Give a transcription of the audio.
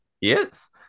yes